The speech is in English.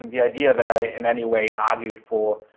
and the idea that i in any way argued for,